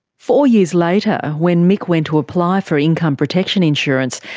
four years later when mick went to apply for income protection insurance,